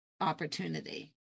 opportunity